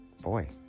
boy